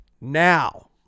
Now